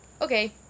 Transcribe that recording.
okay